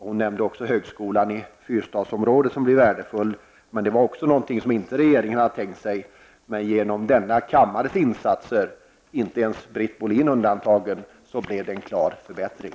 Hon nämnde också högskolan i Fyrstadsområdet, som ju är värdefullt. Men inte heller denna var någonting som regeringen hade tänkt sig, men genom denna kammarens insats -- inte ens Britt Bohlin undantagen -- blev det en klar förbättring.